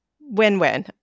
Win-win